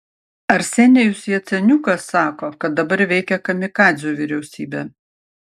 arsenijus jaceniukas sako kad dabar veikia kamikadzių vyriausybė